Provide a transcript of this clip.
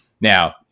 Now